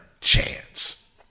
chance